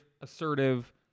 assertive